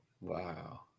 Wow